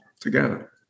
together